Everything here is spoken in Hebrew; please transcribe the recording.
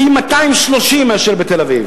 פי-230 מאשר בתל-אביב.